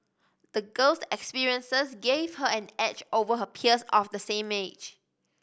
the girl's experiences gave her an edge over her peers of the same age